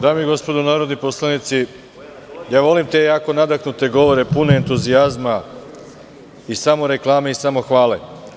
Dame i gospodo narodni poslanici, ja volim te jako nadahnute govore, pune entuzijazma i samoreklame i samohvale.